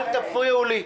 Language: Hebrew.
אל תפריעו לי.